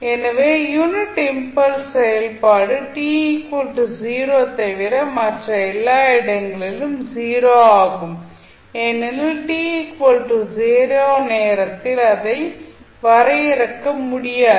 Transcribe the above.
எனவே unit impulse செயல்பாடு t 0 தவிர மற்ற எல்லா இடங்களிலும் 0 ஆகும் ஏனெனில் t 0 நேரத்தில் அதை வரையறுக்க முடியாது